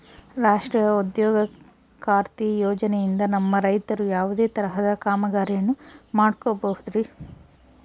ರಾಷ್ಟ್ರೇಯ ಉದ್ಯೋಗ ಖಾತ್ರಿ ಯೋಜನೆಯಿಂದ ನಮ್ಮ ರೈತರು ಯಾವುದೇ ತರಹದ ಕಾಮಗಾರಿಯನ್ನು ಮಾಡ್ಕೋಬಹುದ್ರಿ?